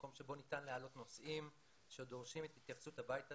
מקום שבו ניתן להעלות נושאים שדורשים את התייחסות הבית הזה.